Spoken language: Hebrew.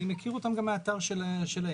אני מכיר אותן גם מהאתר שלהם.